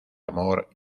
amor